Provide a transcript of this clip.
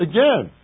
Again